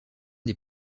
des